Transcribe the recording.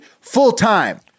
full-time